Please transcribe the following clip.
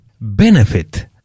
benefit